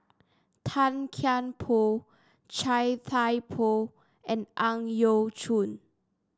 Tan Kian Por Chia Thye Poh and Ang Yau Choon